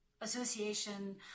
Association